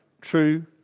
true